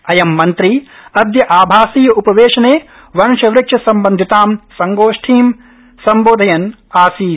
अयं मन्त्री अद्य आभासीय उपवेशने वंशवृक्षसंबन्धितां संगोष्ठीं संबोधयन् आसीत्